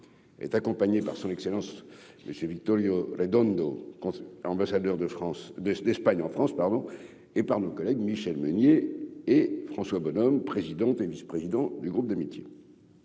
est accompagnée par son excellence Monsieur victorieux Redondo quand, ambassadeur de France, de l'Espagne en France pardon et par nos collègues Michel Meunier et François Bonhomme, président et vice-président du groupe d'amitié